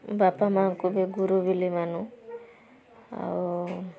ବାପା ମାଆଙ୍କୁ ବି ଗୁରୁ ବୋଲି ମାନୁ ଆଉ